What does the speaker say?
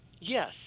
Yes